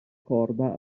corda